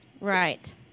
Right